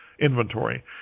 inventory